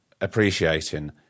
appreciating